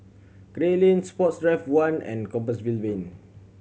Gray Lane Sports Drive One and Compassvale Lane